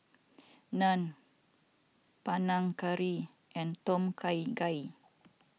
Naan Panang Curry and Tom Kha Gai